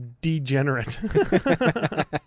degenerate